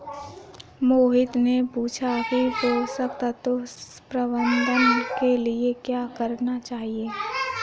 मोहित ने पूछा कि पोषण तत्व प्रबंधन के लिए क्या करना चाहिए?